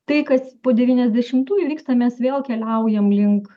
tai kas po devyniasdešimtųjų įvyksta mes vėl keliaujam link